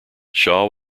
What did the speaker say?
shaw